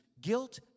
guilt